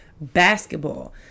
basketball